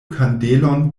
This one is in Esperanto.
kandelon